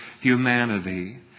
humanity